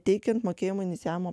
teikiant mokėjimo inicijavimo